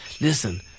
Listen